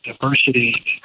diversity